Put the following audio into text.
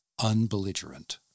unbelligerent